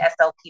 SLP